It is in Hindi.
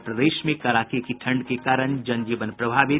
और प्रदेश में कड़ाके की ठंड के कारण जनजीवन प्रभावित